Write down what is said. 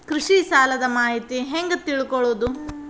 ಕೃಷಿ ಸಾಲದ ಮಾಹಿತಿ ಹೆಂಗ್ ತಿಳ್ಕೊಳ್ಳೋದು?